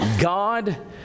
God